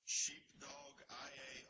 sheepdogia